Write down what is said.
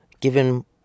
given